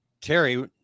Terry